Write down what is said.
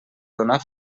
donar